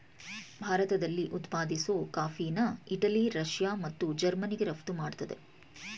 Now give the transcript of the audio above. ಭಾರತದಲ್ಲಿ ಉತ್ಪಾದಿಸೋ ಕಾಫಿನ ಇಟಲಿ ರಷ್ಯಾ ಮತ್ತು ಜರ್ಮನಿಗೆ ರಫ್ತು ಮಾಡ್ತಿದೆ